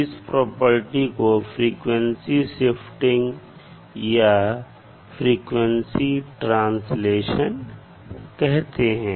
इस प्रॉपर्टी को frequency shifting या फ्रीक्वेंसी ट्रांसलेशन कहते हैं